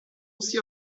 aussi